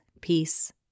peace